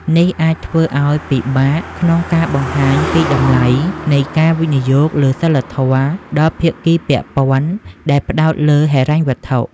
នេះអាចធ្វើឱ្យពិបាកក្នុងការបង្ហាញពីតម្លៃនៃការវិនិយោគលើសីលធម៌ដល់ភាគីពាក់ព័ន្ធដែលផ្ដោតលើហិរញ្ញវត្ថុ។